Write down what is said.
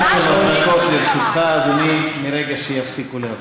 עד שלוש דקות לרשותך, אדוני, מרגע שיפסיקו להפריע.